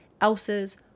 else's